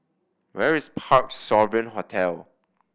where is Parc Sovereign Hotel